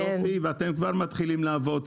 יופי, אתם כבר מתחילים לעבוד צמוד.